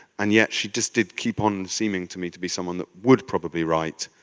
and yet she just did keep on seeming to me to be someone that would probably write,